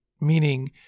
meaning